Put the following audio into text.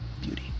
beauty